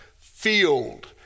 field